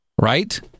Right